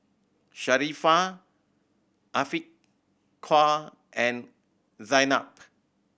Sharifah Afiqah and Zaynab